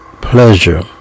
pleasure